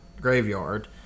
graveyard